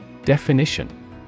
Definition